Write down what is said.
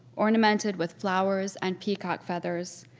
ornamented with flowers and peacock feathers,